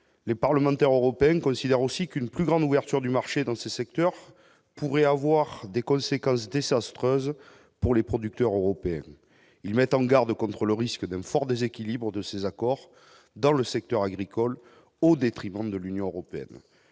les parlementaires européennes considère aussi qu'une plus grande ouverture du marché dans ce secteur pourrait avoir des conséquences des Sastre pour les producteurs européens, il met en garde contre le risque d'un fort déséquilibre de ces accords dans le secteur agricole au détriment de l'Union européenne,